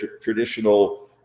traditional